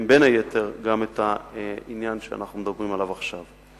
בין היתר גם את העניין שאנחנו מדברים עליו עכשיו.